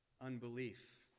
unbelief